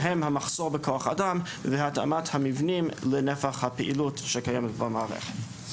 בהם המחסור בכוח אדם והתאמת המבנים לנפח הפעילות שקיימת במערכת.